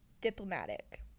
diplomatic